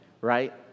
Right